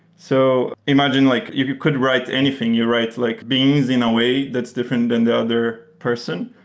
so imagine like you could write anything. you write like beans in a way that's different than the other person.